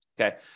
Okay